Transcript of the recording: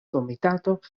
komitato